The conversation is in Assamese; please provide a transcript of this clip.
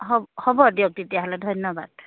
হ' হ'ব দিয়ক তেতিয়াহ'লে ধন্যবাদ